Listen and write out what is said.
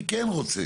אני כן רוצה.